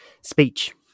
speech